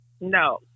No